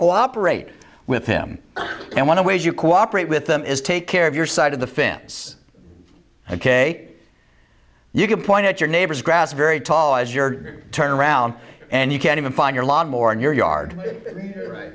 cooperate with him and one of ways you cooperate with them is take care of your side of the fence ok you can point out your neighbor's grass very tall as your turn around and you can even find your lot more in your yard or right